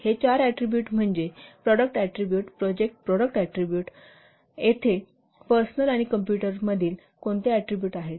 हे चार ऍट्रीबुट म्हणजे product attribute project product attribute येथे पर्सनल आणि कॉम्पुटर तील कोणते ऍट्रीबुट आहेत